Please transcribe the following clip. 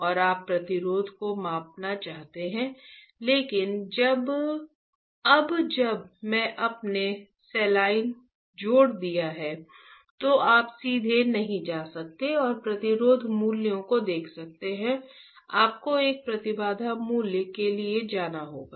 और आप प्रतिरोध को मापना चाहते हैं लेकिन अब जब से आपने सेलाइन जोड़ दिया है तो आप सीधे नहीं जा सकते हैं और प्रतिरोध मूल्यों को देख सकते हैं आपको एक प्रतिबाधा मूल्य के लिए जाना होगा